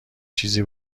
چیزی